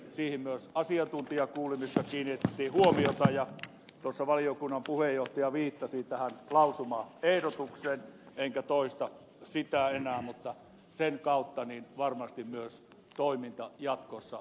siihen myös asiantuntijakuulemisessa kiinnitettiin huomiota ja valiokunnan puheenjohtaja viittasi tähän lausumaehdotukseen enkä toista sitä enää mutta sen kautta varmasti myös toiminta jatkossa järkevöityy